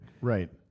Right